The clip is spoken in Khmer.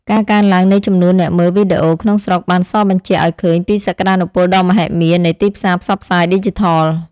ការកើនឡើងនៃចំនួនអ្នកមើលវីដេអូក្នុងស្រុកបានសបញ្ជាក់ឱ្យឃើញពីសក្តានុពលដ៏មហិមានៃទីផ្សារផ្សព្វផ្សាយឌីជីថល។